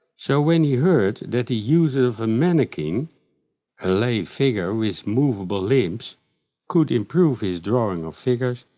so when he heard that the use of a manikin a lay figure with movable limbs could improve his drawing of figures,